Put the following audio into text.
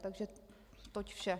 Takže toť vše.